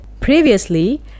Previously